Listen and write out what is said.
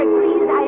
please